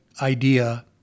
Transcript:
idea